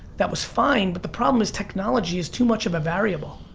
that was fine, but the problem is technology is too much of a variable.